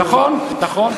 נכון, נכון.